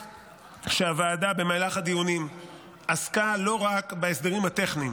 שהוועדה עסקה במהלך הדיונים לא רק בהסדרים הטכניים,